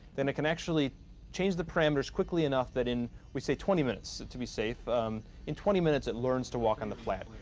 then it can actually change the parameters quickly enough that in we say, twenty minutes, to be safe in twenty minutes, it learns to walk on the flat,